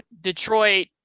detroit